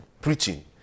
preaching